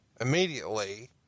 immediately